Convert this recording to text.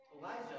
Elijah